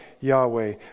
Yahweh